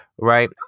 right